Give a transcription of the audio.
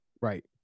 Right